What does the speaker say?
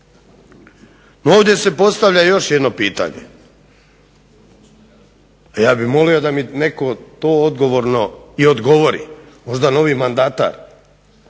Ovdje se postavlja još jedno pitanje. Ja bih molio da mi netko to odgovorno i odgovori. Možda novi mandatar?